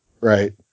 Right